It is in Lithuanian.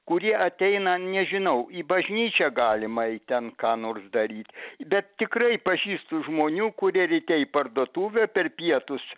kurie ateina nežinau į bažnyčią galima ait ten ką nors daryt bet tikrai pažįstu žmonių kurie ryte į parduotuvę per pietus